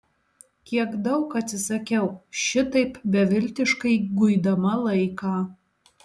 kiek daug atsisakiau šitaip beviltiškai guidama laiką